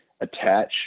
attach